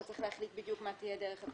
אבל צריך להחליט בדיוק מה תהיה דרך הפרסום.